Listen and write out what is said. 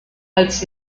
als